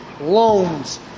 Loans